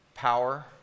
Power